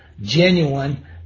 genuine